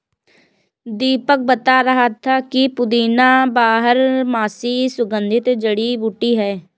दीपक बता रहा था कि पुदीना बारहमासी सुगंधित जड़ी बूटी है